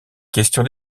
questions